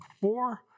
four